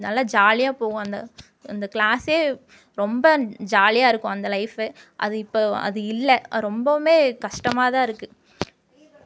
நல்லா ஜாலியாக போகும் அந்த அந்த கிளாஸே ரொம்ப ஜாலியாயிருக்கும் அந்த லைஃப் அது இப்போ அது இல்லை ரொம்பவுமே கஷ்டமாதானிருக்கு